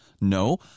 No